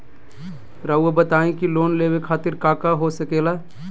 रउआ बताई की लोन लेवे खातिर काका हो सके ला?